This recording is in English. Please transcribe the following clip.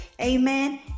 Amen